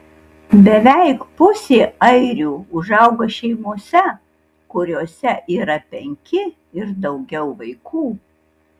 beveik pusė airių užauga šeimose kuriose yra penki ir daugiau vaikų